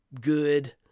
good